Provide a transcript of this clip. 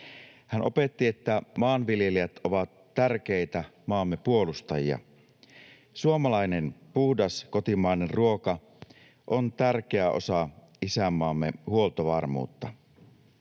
Hän opetti, että maanviljelijät ovat tärkeitä maamme puolustajia. Suomalainen puhdas, kotimainen ruoka on tärkeä osa isänmaamme huoltovarmuutta.